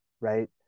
right